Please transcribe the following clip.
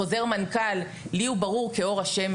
חוזר מנכ"ל לי הוא ברור כאור השמש.